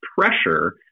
pressure